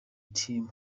team